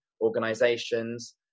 organizations